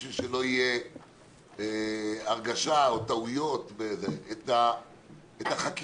בשביל שלא יהיו הרגשה או טעויות שאת החקיקה